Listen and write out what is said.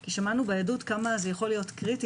כי שמענו בעדות כמה זה יכול להיות קריטי.